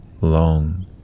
long